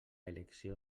elecció